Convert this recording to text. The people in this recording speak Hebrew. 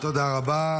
תודה רבה.